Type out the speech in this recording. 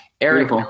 eric